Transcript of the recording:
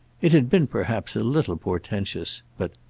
it had been perhaps a little portentous, but